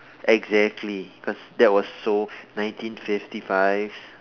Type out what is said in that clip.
exactly cause that was so nineteen fifty five